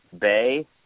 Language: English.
Bay